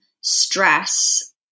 stress